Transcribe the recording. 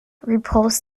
repulsed